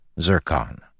Zircon